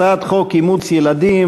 הצעת חוק אימוץ ילדים